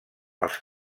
els